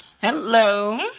Hello